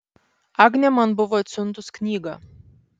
agnė man buvo atsiuntus knygą